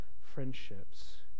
friendships